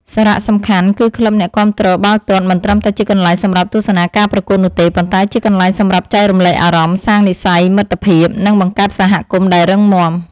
សារសំខាន់ គឺក្លឹបអ្នកគាំទ្របាល់ទាត់មិនត្រឹមតែជាកន្លែងសម្រាប់ទស្សនាការប្រកួតនោះទេ ប៉ុន្តែជាកន្លែងសម្រាប់ចែករំលែកអារម្មណ៍ សាងនិស្ស័យមិត្តភាព និងបង្កើតសហគមន៍ដែលរឹងមាំ។